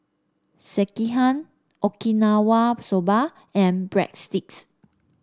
Sekihan Okinawa Soba and Breadsticks